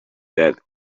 that